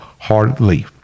hardly